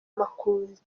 makuza